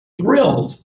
thrilled